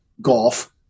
golf